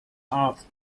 art